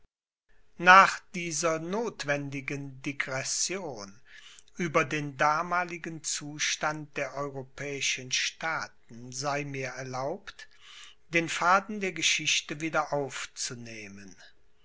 nach dieser notwendigen digression über den damaligen zustand der europäischen staaten sei mir erlaubt den faden der geschichte